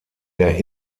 der